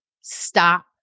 stop